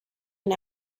and